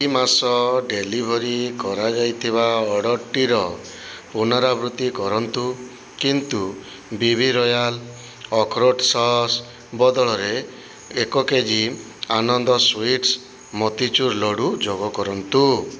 ଇ ମାସ ଡେଲିଭରି କରାଯାଇଥିବା ଅର୍ଡ଼ର୍ଟିର ପୁନରାବୃତ୍ତି କରନ୍ତୁ କିନ୍ତୁ ବିବି ରୟାଲ ଅଖରୋଟ ସସ୍ ବଦଳରେ ଏକ କେଜି ଆନନ୍ଦ ସୁଇଟ୍ସ ମୋତିଚୁର୍ ଲଡୁ ଯୋଗକରନ୍ତୁ